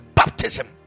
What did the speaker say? baptism